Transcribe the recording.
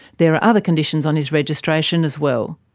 there are other conditions on his registration as well.